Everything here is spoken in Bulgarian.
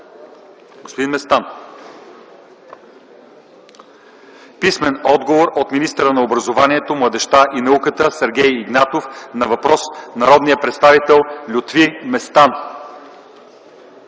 21 май 2010 г. Писмени отговори: - от министъра на образованието, младежта и науката Сергей Игнатов на въпрос от народния представител Лютви Местан;